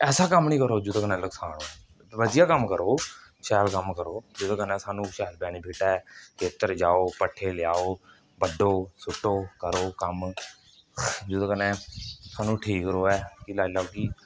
ऐसा कम्म नेईं करो जेह्दे कन्नै नकसान होऐ रज्जियै कम्म करो शैल कम्म करो जेह्दे कन्नै सानूं शैल बेनीफिट ऐ खेतर जाओ पट्ठे लेई आओ बड्ढो सुट्टो करो कम्म जेह्दे कन्नै सानू ठीक रोऐ लाई लैओ कि